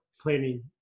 planning